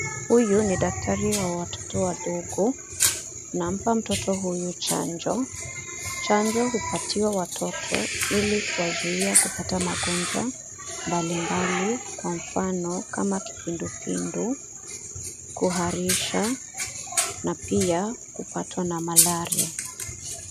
Huyu ni daktari wa watoto wadogo anampa mtoto huyu chanjo ,chanjo hupatiwa watoto ,ili kuwazuia kupata magonjwa mbali mbali kwa mfano kama kipindupindu ,kuharisha na pia kupatwa na malaria.